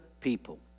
people